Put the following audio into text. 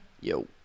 Yo